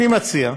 אני מציע,